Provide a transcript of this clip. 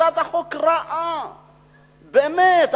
הצעת החוק רעה, באמת.